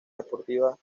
deportiva